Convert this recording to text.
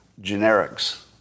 generics